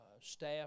staff